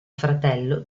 fratello